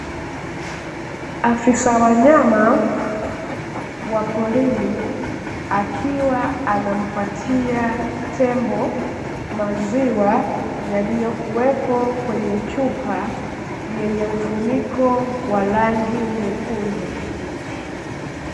Afisa wanyama wa porini, akiwa anampatia. Tembo maziwa yaliyokuwepo kwenye chupa yenye mfuniko wa rangi nyekundu.